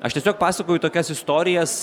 aš tiesiog pasakoju tokias istorijas